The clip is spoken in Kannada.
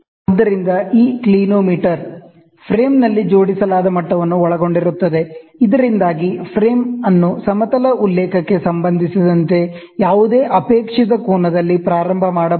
ಆದ್ದರಿಂದ ಈ ಕ್ಲಿನೋಮೀಟರ್ ಫ್ರೇಮ್ನಲ್ಲಿ ಜೋಡಿಸಲಾದ ಮಟ್ಟವನ್ನು ಒಳಗೊಂಡಿರುತ್ತದೆ ಇದರಿಂದಾಗಿ ಫ್ರೇಮ್ ಅನ್ನು ಸಮತಲ ಉಲ್ಲೇಖಕ್ಕೆ ಸಂಬಂಧಿಸಿದಂತೆ ಯಾವುದೇ ಅಪೇಕ್ಷಿತ ಕೋನದಲ್ಲಿ ಪ್ರಾರಂಭ ಮಾಡಬಹುದು